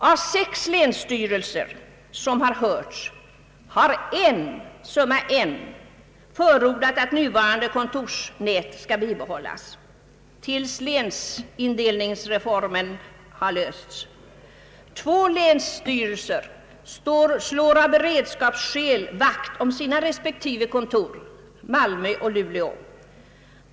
Av sex länsstyrelser som hörts har en — summa en — förordat att nuvarande kontorsnät skall bibehållas tills länsin delningsreformen lösts. Två länsstyrelser slår av beredskapsskäl vakt om sina respektive kontor, nämligen Malmö och Luleå.